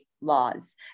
laws